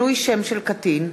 (שינוי שם של קטין),